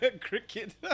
Cricket